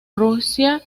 rusia